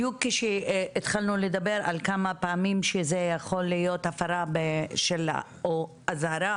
בדיוק כשהתחלנו לדבר על כמה פעמים שזה יכול להיות הפרה או אזהרה,